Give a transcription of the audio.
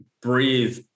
breathe